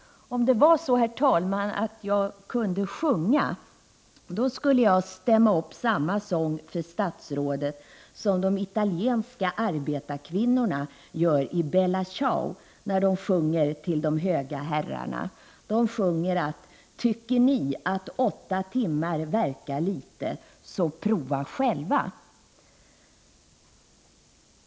Om jag kunde sjunga, herr talman, skulle jag stämma upp samma sång för statsrådet som de italienska arbetarkvinnorna gör i Bella Ciao, när de sjunger till de höga herrarna. De sjunger: Tycker ni att åtta timmar verkar litet, så pröva själva.